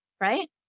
right